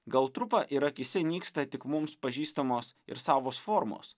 gal trupa ir akyse nyksta tik mums pažįstamos ir savos formos